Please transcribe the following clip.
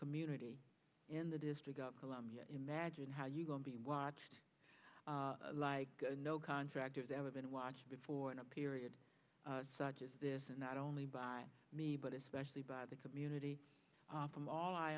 community in the district of columbia imagine how you go and be watched like no contractors ever been watched before in a period such as this and not only by me but especially by the community from all i